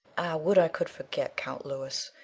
would i could forget count louis!